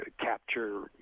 capture